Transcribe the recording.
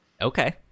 okay